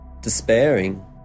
despairing